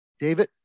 David